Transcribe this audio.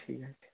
ঠিক আছে